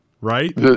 right